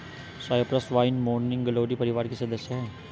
Cyprus vine morning glory परिवार की सदस्य हैं